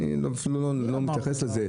אני אפילו לא מתייחס לזה.